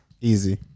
Easy